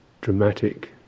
dramatic